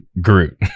Groot